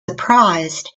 surprised